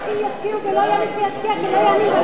אזרחים ישקיעו ולא יהיה מי שישקיע כי לא יאמין,